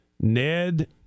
Ned